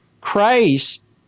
Christ